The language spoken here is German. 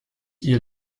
ihr